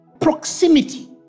proximity